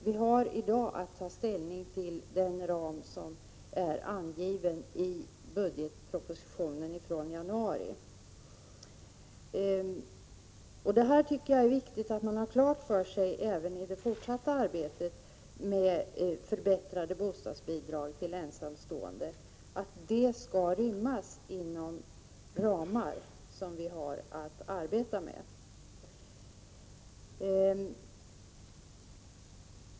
Vi har nu att ta ställning till den ram som är angiven i budgetpropositionen från januari. Jag tycker att det är viktigt att man även i det fortsatta arbetet med förbättringar av bostadsbidragen till ensamstående har klart för sig att dessa bidrag skall rymmas inom de ramar som vi har att arbeta med.